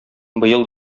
быел